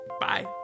Bye